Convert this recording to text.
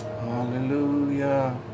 hallelujah